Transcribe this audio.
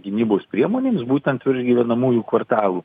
gynybos priemonėms būtent virš gyvenamųjų kvartalų